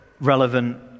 relevant